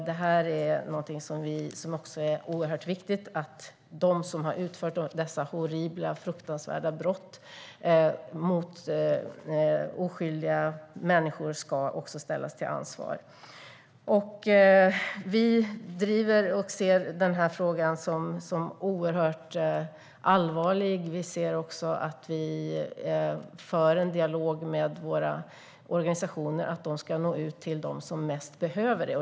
Det är oerhört viktigt att de som har begått dessa horribla och fruktansvärda brott mot oskyldiga människor ska ställas till svars. Vi driver och ser den här frågan som oerhört allvarlig. Vi för också en dialog med våra organisationer så att de ska nå ut till dem som bäst behöver det.